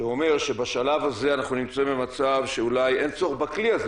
שאומר שבשלב הזה אנחנו נמצאים במצב שאולי אין צורך בכלי הזה,